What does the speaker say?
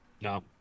No